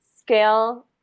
scale